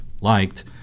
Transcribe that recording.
liked